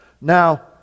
now